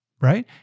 right